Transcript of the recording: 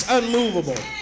unmovable